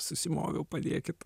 susimoviau padėkit